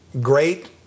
great